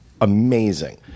amazing